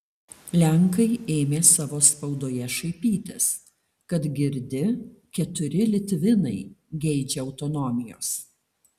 lenkai ėmė savo spaudoje šaipytis kad girdi keturi litvinai geidžia autonomijos